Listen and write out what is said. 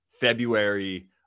February